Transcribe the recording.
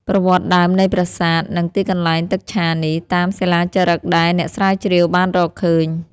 ប្រវត្តិដើមនៃប្រាសាទ និងទីកន្លែងទឹកឆានេះ តាមសិលាចារឹកដែល អ្នកស្រាវជ្រាវបានរកឃើញ